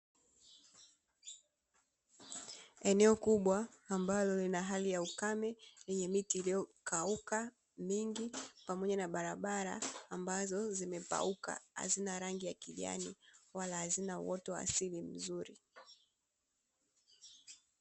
Eneo kubwa ambalo lina hali ya ukame, lenye miti iliyokauka mingi pamoja na barabara ambazo zimepauka hazina rangi ya kijani wala hazini uoto wa asili mzuri.